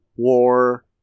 war